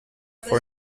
for